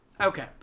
Okay